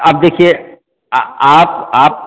अब देखिए अ आप आप